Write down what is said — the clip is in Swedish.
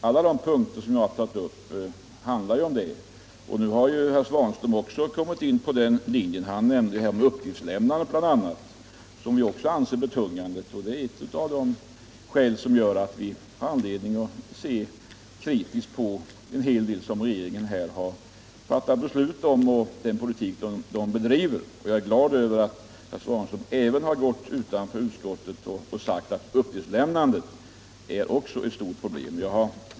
Alla de punkter som jag har tagit upp handlar ju om detta. Herr Svanström har också han kommit in på denna linje när han bl.a. nämnt frågan om uppgiftslämnandet, som vi också anser vara betungande och som är ett av skälen till att vi har anledning att se kritiskt på en hel del som regeringen här har fattat beslut om och på den politik regeringen bedriver. Jag är glad över att även herr Svanström har gått utanför utskottsbetänkandet och framfört att även uppgiftslämnandet är ett stort problem i detta sammanhang.